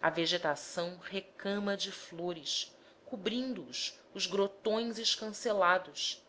a vegetação recama de flores cobrindo os os grotões escancelados